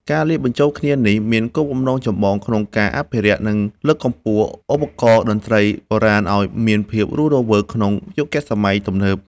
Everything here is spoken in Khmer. ការលាយបញ្ចូលគ្នានេះមានគោលបំណងចម្បងក្នុងការអភិរក្ស និងលើកកម្ពស់ឧបករណ៍តន្ត្រីបុរាណឱ្យមានភាពរស់រវើកក្នុងយុគសម័យទំនើប។